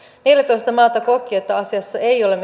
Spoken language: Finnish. neljätoista maata koki että asiassa ei ole